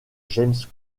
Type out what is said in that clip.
james